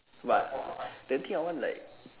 !whoa! the thing I want like